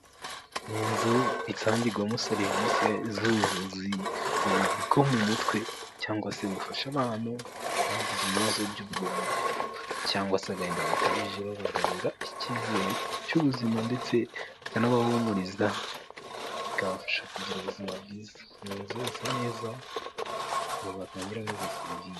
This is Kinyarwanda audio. Ni inzu isangirwamo serivisi z'ubuvuzi bwo mu mutwe cyangwa se bufasha abantu bagize ibibazo cy'ubwonko cyangwa se agahinda gakabije babagarura icyizere cy'ubuzima ndetse bakanabahumuriza bikabafasha kugira ubuzima bwiza. Muzu isa neza ngo batangiramo izo serivisi.